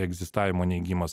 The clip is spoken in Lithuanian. egzistavimo neigimas